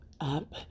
up